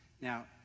Now